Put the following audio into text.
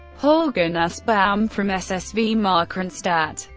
holger nussbaum from ssv markranstadt,